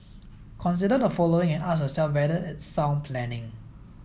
consider the following and ask yourself whether it's sound planning